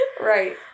Right